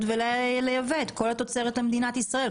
ולייבא את כל התוצרת למדינת ישראל.